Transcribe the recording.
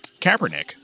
Kaepernick